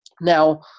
Now